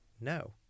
no